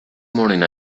morning